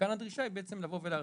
וכאן הדרישה היא לבוא ולהרחיב.